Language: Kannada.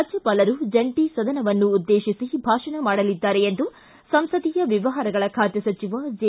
ರಾಜ್ಯಪಾಲರು ಜಂಟಿ ಸದನವನ್ನು ಉದ್ದೇಶಿಸಿ ಭಾಷಣ ಮಾಡಲಿದ್ದಾರೆ ಎಂದು ಸಂಸದೀಯ ವ್ಯವಹಾರಗಳ ಖಾತೆ ಸಚಿವ ಜೆ